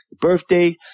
birthdays